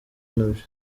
nabyo